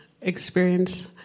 experience